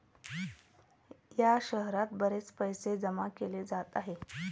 या शहरात बरेच पैसे जमा केले जात आहे